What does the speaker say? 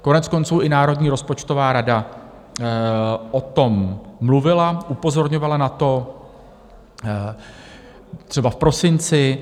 Koneckonců i Národní rozpočtová rada o tom mluvila, upozorňovala na to třeba v prosinci.